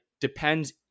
depends